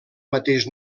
mateix